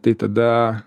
tai tada